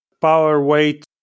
power-weight